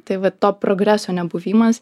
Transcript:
tai va to progreso nebuvimas